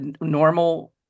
normal